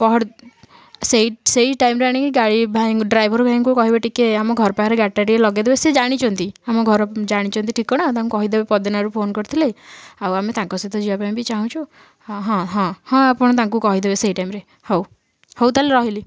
ପହଡ଼ ସେଇ ସେଇ ଟାଇମରେ ଆଣିକି ଗାଡ଼ି ଭାଇ ଡ୍ରାଇଭର ଭାଇଙ୍କୁ କହିବେ ଟିକେ ଆମ ଘର ପାଖରେ ଗାଡ଼ିଟା ଟିକେ ଲଗାଇ ଦେବେ ସେ ଜାଣିଛନ୍ତି ଆମ ଘର ଜାଣିଛନ୍ତି ଠିକଣା ତାଙ୍କୁ କହିଦେବେ ପଦିନାରୁ ଫୋନ କରିଥିଲି ଆଉ ଆମେ ତାଙ୍କ ସହିତ ଯିବା ପାଇଁ ବି ଚାହୁଁଛୁ ହଁ ହଁ ହଁ ଆପଣ ତାଙ୍କୁ କହିଦେବେ ସେଇ ଟାଇମରେ ହଉ ହଉ ତାହେଲେ ରହିଲି